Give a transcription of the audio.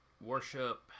worship